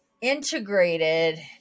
integrated